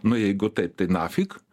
nu jeigu taip tai nafik